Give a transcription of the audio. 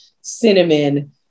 cinnamon